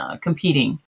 competing